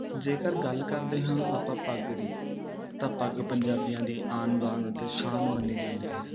ਜੇਕਰ ਗੱਲ ਕਰਦੇ ਹਾਂ ਆਪਾਂ ਪੱਗ ਦੀ ਤਾਂ ਪੱਗ ਪੰਜਾਬੀਆਂ ਦੀ ਆਨ ਬਾਨ ਅਤੇ ਸ਼ਾਨ ਮੰਨੀ ਜਾਂਦੀ ਹੈ